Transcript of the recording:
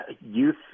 youth